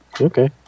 Okay